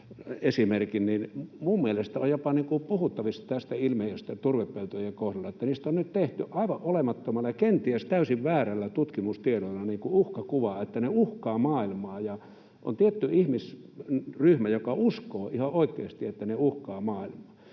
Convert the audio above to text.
niin mielestäni on puhuttavissa jopa tästä ilmiöstä turvepeltojen kohdalla. Niistä on nyt tehty aivan olemattomalla ja kenties täysin väärällä tutkimustiedolla uhkakuva, että ne uhkaavat maailmaa, ja on tietty ihmisryhmä, joka uskoo ihan oikeasti, että ne uhkaavat maailmaa.